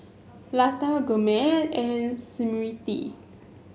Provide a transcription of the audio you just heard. Lata Gurmeet and Smriti